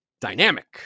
dynamic